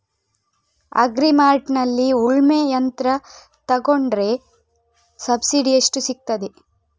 Agri ಮಾರ್ಟ್ನಲ್ಲಿ ಉಳ್ಮೆ ಯಂತ್ರ ತೆಕೊಂಡ್ರೆ ಸಬ್ಸಿಡಿ ಎಷ್ಟು ಸಿಕ್ತಾದೆ?